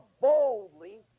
boldly